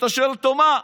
ואתה שואל אותו: מה?